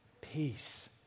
Peace